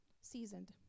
seasoned